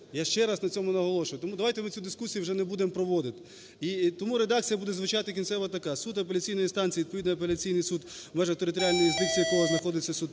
Я ще раз на цьому наголошую. Тому давайте ми цю дискусію вже не будемо проводити. І тому редакція буде звучати кінцева така: "Суд апеляційної інстанції – відповідний апеляційний суд, в межах територіальної юрисдикції якого знаходиться суд